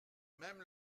même